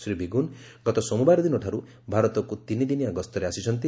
Shri Biegun ଗତ ସୋମବାର ଦିନଠାରୁ ଭାରତକୁ ତିନିଦିନିଆ ଗସ୍ତରେ ଆସିଛନ୍ତି